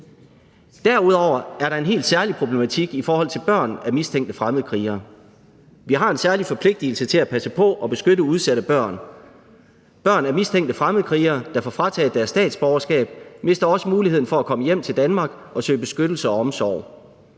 Derudover er der en helt særlig problematik i forhold til børn af mistænkte fremmedkrigere. Vi har en særlig forpligtigelse til at passe på og beskytte udsatte børn. Børn af mistænkte fremmedkrigere, der får frataget deres statsborgerskab, mister også muligheden for at komme hjem til Danmark og søge beskyttelse og omsorg.